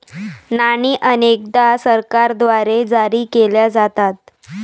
नाणी अनेकदा सरकारद्वारे जारी केल्या जातात